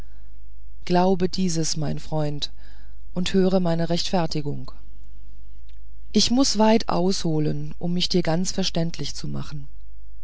glaube dieses mein freund und höre meine rechtfertigung ich muß weit ausholen um mich dir ganz verständlich zu machen